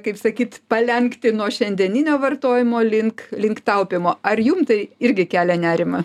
kaip sakyt palenkti nuo šiandieninio vartojimo link link taupymo ar jum tai irgi kelia nerimą